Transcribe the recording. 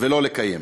ולא לקיים.